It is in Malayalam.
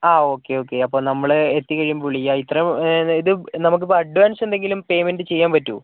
ആ ഓക്കെ ഓക്കെ അപ്പോൾ നമ്മൾ എത്തിക്കഴിയുമ്പോൾ വിളിക്കാം ഇത്രയും ഇത് നമുക്കിപ്പോൾ അഡ്വാൻസ് എന്തെങ്കിലും പേയ്മെൻ്റ് ചെയ്യാൻ പറ്റുമോ